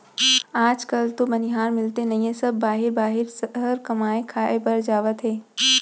आज काल तो बनिहार मिलते नइए सब बाहिर बाहिर सहर कमाए खाए बर जावत हें